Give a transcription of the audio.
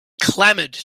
clamored